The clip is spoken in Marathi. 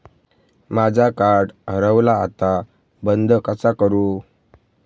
माझा कार्ड हरवला आता बंद कसा करू?